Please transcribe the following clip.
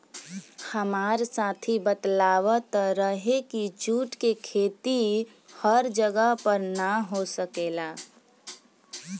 हामार साथी बतलावत रहे की जुट के खेती हर जगह पर ना हो सकेला